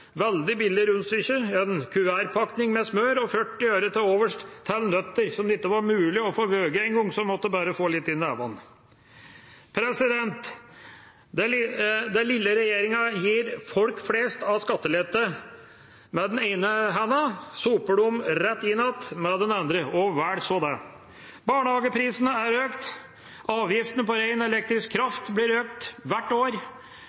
veldig billig rundstykke, en kuvertpakning med smør og 40 øre til overs til nøtter, som det ikke engang var mulig å få veid, så man måtte bare få litt i hånda. Det lille som regjeringa gir folk flest av skattelette med den ene hånda, soper den rett inn igjen med den andre – og vel så det. Barnehageprisene er økt, og avgiftene på ren elektrisk kraft blir økt hvert år.